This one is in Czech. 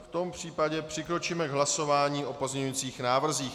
V tom případě přikročím k hlasování o pozměňujících návrzích.